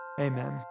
amen